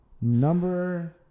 Number